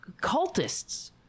cultists